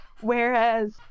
whereas